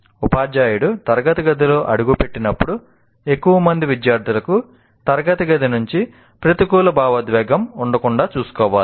ఉపాధ్యాయుడు తరగతి గదిలోకి అడుగుపెట్టినప్పుడు ఎక్కువ మంది విద్యార్థులకు తరగతి గది గురించి ప్రతికూల భావోద్వేగం ఉండకుండా చూసుకోవాలి